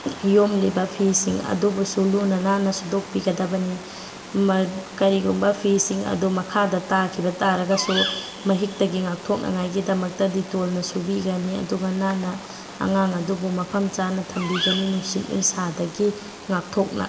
ꯌꯣꯝꯂꯤꯕ ꯐꯤꯁꯤꯡ ꯑꯗꯨꯕꯨꯁꯨ ꯂꯨꯅ ꯅꯥꯟꯅ ꯁꯨꯗꯣꯛꯄꯤꯒꯗꯕꯅꯤ ꯀꯔꯤꯒꯨꯝꯕ ꯐꯤꯁꯤꯡ ꯑꯗꯣ ꯃꯈꯥꯗ ꯇꯥꯈꯤꯕ ꯇꯥꯔꯒꯁꯨ ꯃꯍꯤꯛꯇꯒꯤ ꯉꯥꯛꯊꯣꯛꯅꯉꯥꯏꯒꯤꯗꯃꯛꯇ ꯗꯤꯇꯣꯜꯅ ꯁꯨꯕꯤꯒꯅꯤ ꯑꯗꯨꯒ ꯅꯥꯟꯅ ꯑꯉꯥꯡ ꯑꯗꯨꯕꯨ ꯃꯐꯝ ꯆꯥꯅ ꯊꯝꯕꯤꯒꯅꯤ ꯅꯨꯡꯁꯤꯠ ꯅꯨꯡꯁꯥꯗꯒꯤ ꯉꯥꯛꯊꯣꯛꯅ